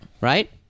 Right